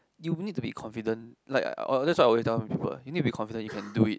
you need to be confident like I that's what I always tell people you need to be confident you can do it